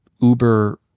Uber